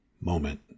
moment